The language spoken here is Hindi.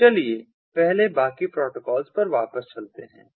तो चलिए पहले बाकी प्रोटोकॉल पर वापस चलते हैं